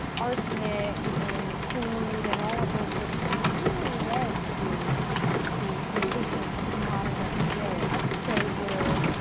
arsenic in food and all of those sorts of things really led to the creation of the modern fda. yeah i would say we're,